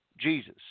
Jesus